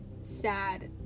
sad